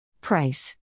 Price